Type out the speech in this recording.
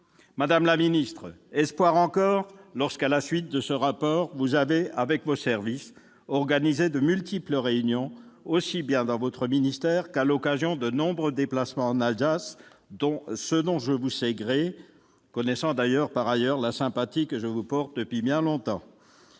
madame la ministre, lorsque, à la suite de ce rapport, vous avez organisé, avec vos services, de multiples réunions, aussi bien dans votre ministère qu'à l'occasion de nombreux déplacements en Alsace, ce dont je vous sais gré ! Vous connaissez par ailleurs la sympathie que je vous porte depuis bien longtemps.